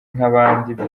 nk’abandi